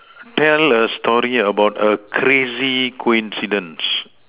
tell a story about a crazy coincidence